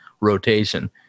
rotation